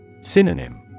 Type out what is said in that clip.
Synonym